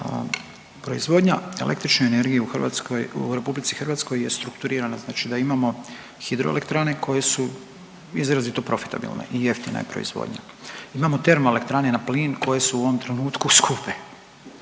Proizvodnja električne energije u Hrvatskoj, u RH je strukturirana. Znači da imamo hidroelektrane koje su izrazito profitabilne i jeftina je proizvodnja. Imamo termoelektrane na plin koje su u ovom trenutku skupe.